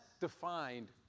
defined